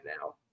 now